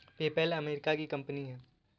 PayPal America की company है